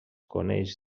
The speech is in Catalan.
coneix